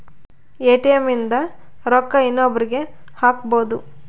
ATM ಇಂದ ರೊಕ್ಕ ಇನ್ನೊಬ್ರೀಗೆ ಹಕ್ಬೊದು